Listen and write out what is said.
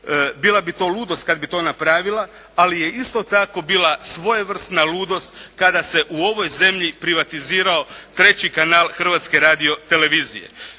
bila bi to ludost kad bi to napravila. Ali je isto tako bila svojevrsna ludost kada se u ovoj zemlji privatizirao 3. kanal Hrvatske radiotelevizije.